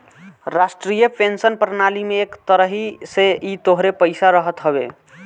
राष्ट्रीय पेंशन प्रणाली में एक तरही से इ तोहरे पईसा रहत हवे